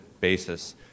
basis